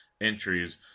entries